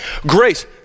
grace